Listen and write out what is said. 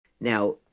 Now